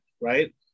Right